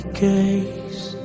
case